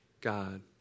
God